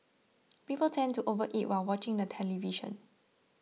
people tend to overeat while watching the television